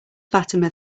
fatima